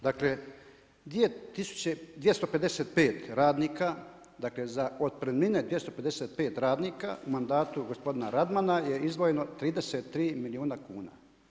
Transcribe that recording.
Dakle … 255 radnika dakle za otpremnine 255 radnika u mandatu gospodina Radmana je izdvojeno 33 milijuna kuna.